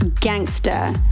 Gangster